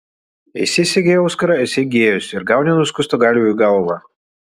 įsisegei auskarą esi gėjus ir gauni nuo skustagalvių į galvą